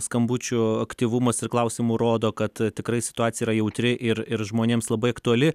skambučiu aktyvumas ir klausimų rodo kad tikrai situacija yra jautri ir ir žmonėms labai aktuali